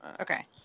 Okay